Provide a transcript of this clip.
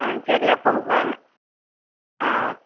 ஆ சரி அப்போவு வேணால்